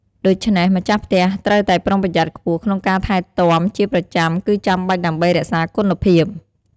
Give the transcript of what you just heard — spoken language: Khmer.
ដូច្នេះ ម្ចាស់ផ្ទះត្រូវតែប្រុងប្រយ័ត្នខ្ពស់ក្នុងការថែទាំជាប្រចាំគឺចាំបាច់ដើម្បីរក្សាគុណភាព។